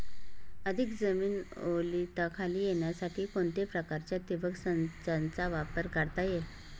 अधिक जमीन ओलिताखाली येण्यासाठी कोणत्या प्रकारच्या ठिबक संचाचा वापर करता येईल?